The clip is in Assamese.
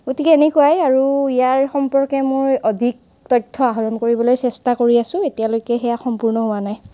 গতিকে এনেকুৱাই আৰু ইয়াৰ সম্পৰ্কে মোৰ অধিক তথ্য আহৰণ কৰিবলৈ চেষ্টা কৰি আছোঁ এতিয়ালৈকে সেয়া সম্পূৰ্ণ হোৱা নাই